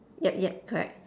yup yup correct